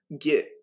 get